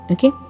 Okay